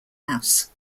house